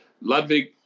Ludwig